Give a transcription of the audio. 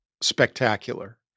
spectacular